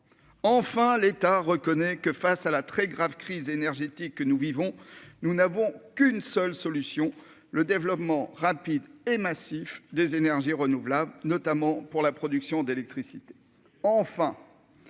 enfin, l'État reconnaît que face à la très grave crise énergétique que nous vivons, nous n'avons qu'une seule solution : le développement rapide et massif des énergies renouvelables, notamment pour la production d'électricité,